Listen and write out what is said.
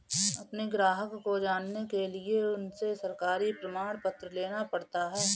अपने ग्राहक को जानने के लिए उनसे सरकारी प्रमाण पत्र लेना पड़ता है